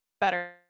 better